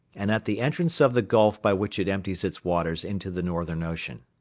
and at the entrance of the gulf by which it empties its waters into the northern ocean.